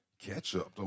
Ketchup